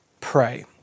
pray